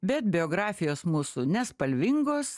bet biografijos mūsų nespalvingos